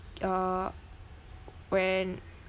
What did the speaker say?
uh when uh